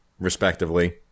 Respectively